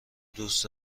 دوست